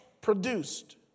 produced